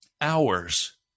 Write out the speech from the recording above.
hours